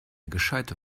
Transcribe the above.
gescheite